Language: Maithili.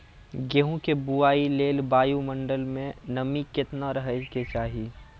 गेहूँ के बुआई लेल वायु मंडल मे नमी केतना रहे के चाहि?